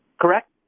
Correct